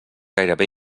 gairebé